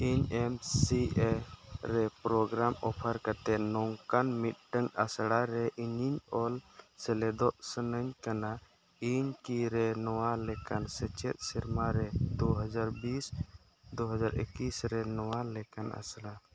ᱤᱧ M C A ᱨᱮ programme ᱚᱯᱷᱟᱨ ᱠᱟᱛᱮ ᱱᱚᱝᱠᱟᱱ ᱢᱤᱫᱴᱟᱝ ᱟᱥᱲᱟᱨᱮ ᱤᱧᱤᱧ ᱚᱞ ᱥᱮᱞᱮᱫᱚᱜ ᱥᱟᱱᱟᱧ ᱠᱟᱱᱟ ᱤᱧ ᱠᱤ ᱨᱮ ᱱᱚᱣᱟ ᱞᱮᱠᱟᱱ ᱥᱮᱪᱮᱫ ᱥᱮᱨᱢᱟᱨᱮ ᱫᱩ ᱦᱟᱡᱟᱨ ᱵᱤᱥ ᱫᱩ ᱦᱟᱡᱟᱨ ᱤᱠᱤᱥ ᱨᱮ ᱱᱚᱣᱟ ᱞᱮᱠᱟᱱ ᱟᱥᱲᱟ